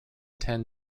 ten